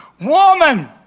woman